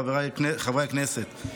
חברי הכנסת,